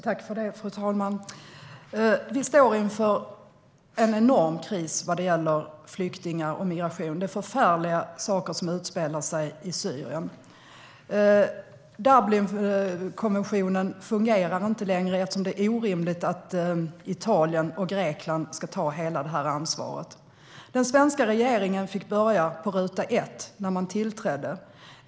Fru talman! Vi står inför en enorm kris vad gäller flyktingar och migration. Det är förfärliga saker som utspelar sig i Syrien. Dublinkonven-tionen fungerar inte längre eftersom det är orimligt att Italien och Grekland ska ta hela ansvaret. Den svenska regeringen fick börja på ruta ett när den tillträdde.